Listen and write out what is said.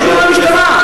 אמרתי: תגיש תלונה למשטרה.